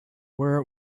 where